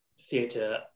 theatre